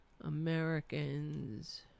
americans